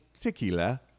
tequila